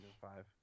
five